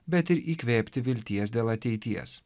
bet ir įkvėpti vilties dėl ateities